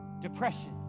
depression